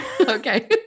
Okay